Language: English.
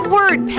Word